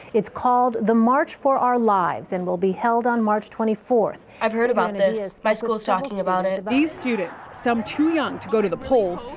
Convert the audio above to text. it's called the march for our lives and will be held on march twenty fourth. i've heard about this. my school's talking about it. these students, some too young to go to the polls,